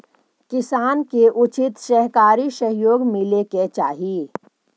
किसान के उचित सहकारी सहयोग मिले के चाहि